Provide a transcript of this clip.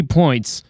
points